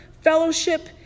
fellowship